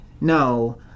No